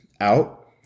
out